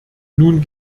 nun